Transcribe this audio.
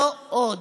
לא עוד.